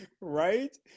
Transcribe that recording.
right